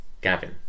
Gavin